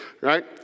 right